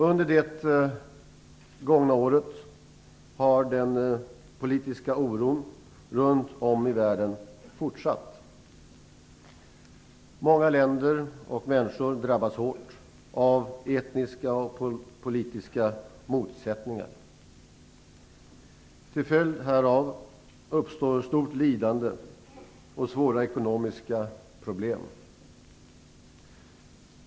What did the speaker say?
Under det gångna året har den politiska oron runt om i världen fortsatt. Många länder och människor drabbas hårt av etniska och politiska motsättningar. Till följd härav uppstår stort lidande och svåra ekonomiska problem.